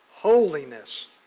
holiness